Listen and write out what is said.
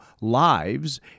lives